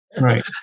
right